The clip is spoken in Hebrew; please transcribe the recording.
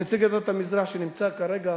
נציג עדות המזרח שנמצא כרגע,